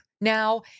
now